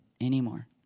anymore